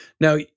Now